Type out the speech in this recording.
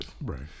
Right